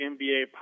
NBA